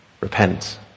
Repent